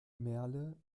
merle